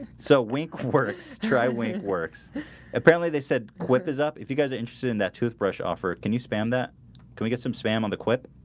so weak word try wing works apparently, they said whip is up if you guys are interested in that toothbrush offer can you spam that can we get some spam on the clip?